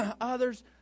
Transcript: others